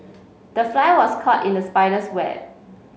the fly was caught in the spider's web